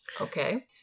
Okay